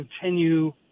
continue